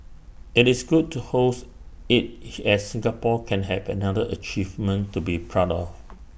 IT is good to host IT as Singapore can have another achievement to be proud of